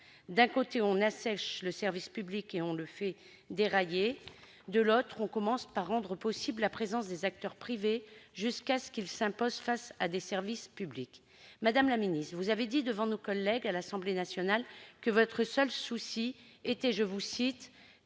d'un côté, on assèche le service public et on le fait dérailler ; de l'autre, on commence par rendre possible la présence des acteurs privés jusqu'à ce que ces derniers s'imposent face au service public. Madame la ministre, vous avez dit devant nos collègues de l'Assemblée nationale que votre seul souci était que « le